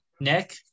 Nick